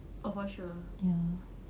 oh for sure